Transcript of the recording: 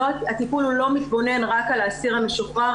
הטיפול לא מתבונן רק על האסיר המשוחרר